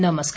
नमस्कार